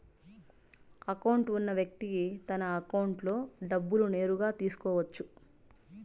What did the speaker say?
account ఉన్న వ్యక్తి తన అకౌంట్లో డబ్బులు నేరుగా తీసుకోవచ్చు